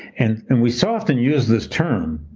and and we so often use this term,